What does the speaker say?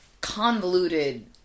convoluted